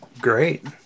Great